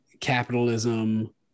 capitalism